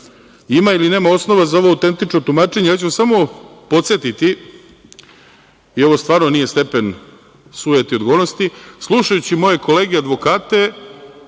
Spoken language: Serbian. ima ili nema osnova za ovo autentično tumačenje. Ja ću samo podsetiti, i ovo stvarno nije stepen sujete i odgovornosti, slušajući moje kolege advokate